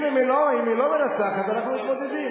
אם היא לא מנצחת, אנחנו מתמודדים.